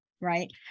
right